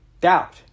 doubt